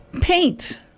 Paint